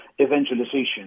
evangelization